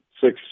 six